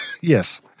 Yes